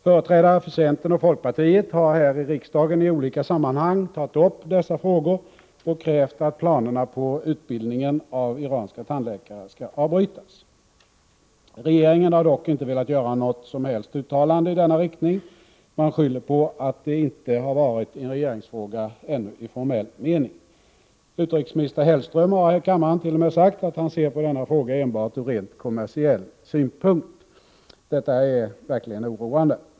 Företrädare för centern och folkpartiet har här i riksdagen i olika sammanhang tagit upp dessa frågor och krävt att planerna på utbildning av iranska tandläkare skall avbrytas. Regeringen har dock inte velat göra något som helst uttalande i denna riktning. Man skyller på att det ännu inte varit en regeringsfråga i formell mening. Utrikeshandelsminister Hellström har i kammaren t.o.m. sagt att han ser på denna fråga enbart ur rent kommersiell synpunkt. Detta är verkligen oroande.